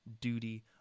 duty